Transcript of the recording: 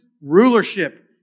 rulership